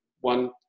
one